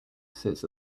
sits